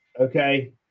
Okay